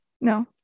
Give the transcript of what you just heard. no